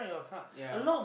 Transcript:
yeah